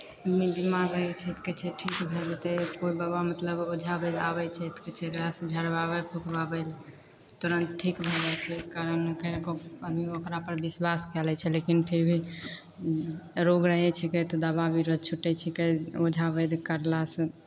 हमे बीमार रहै छै तऽ कहै छै ठीक भए जेतै कोइ बाबा मतलब ओझा वैद्य आबै छै तऽ कहै छै एकरासँ झड़वाबय फुकवाबय लए तुरन्त ठीक भऽ जाइ छै कारण कि एगो आदमी ओकरापर विश्वास कऽ लै छै लेकिन फिर भी रोग रहै छिकै तऽ दबाइ बीरोसँ छूटै छिकै ओझा वैद्य कयलासँ